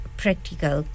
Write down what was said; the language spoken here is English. practical